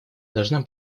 должна